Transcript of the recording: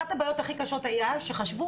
אחת הבעיות הכי קשות שהיתה היא שחשבו